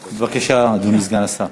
בבקשה, אדוני סגן השר.